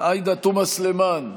עאידה תומא סלימאן,